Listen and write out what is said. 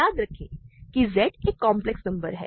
याद रखें कि z एक कॉम्प्लेक्स नंबर है